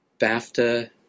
BAFTA